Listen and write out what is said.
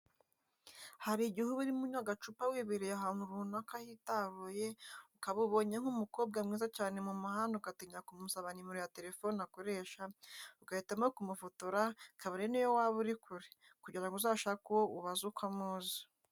Hari igihe uba urimo unywa agacupa wibereye ahantu runaka hitaruye, ukaba ubonye nk'umukobwa mwiza cyane mu muhanda ugatinya kumusaba nimero ya telefoni akoresha, ugahitamo kumufotora, kabone n'iyo waba uri kure, kugira ngo uzashake uwo ubaza ko amuzi.